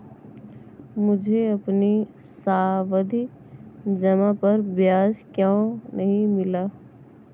मुझे अपनी सावधि जमा पर ब्याज क्यो नहीं मिला?